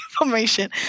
information